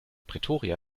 pretoria